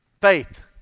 Faith